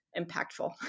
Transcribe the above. impactful